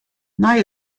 nei